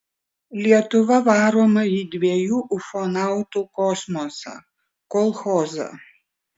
lietuva varoma į dviejų ufonautų kosmosą kolchozą